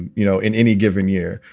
and you know, in any given year,